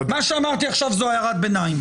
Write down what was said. מה שאמרתי עכשיו זה הערת ביניים.